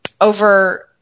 over